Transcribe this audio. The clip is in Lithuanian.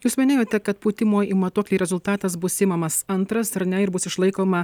jūs minėjote kad pūtimo į matuoklį rezultatas bus imamas antras ar ne ir bus išlaikoma